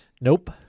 Nope